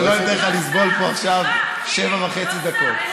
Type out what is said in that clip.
שלא אתן לך לסבול פה עכשיו שבע וחצי דקות.